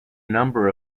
number